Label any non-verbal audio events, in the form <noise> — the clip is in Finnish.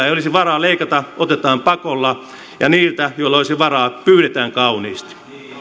<unintelligible> ei olisi varaa leikata otetaan pakolla niiltä joilla olisi varaa pyydetään kauniisti